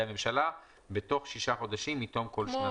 הממשלה בתוך 6 חודשים מתום כל שנת כספים.